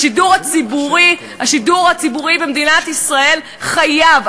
השידור הציבורי במדינת ישראל חייב,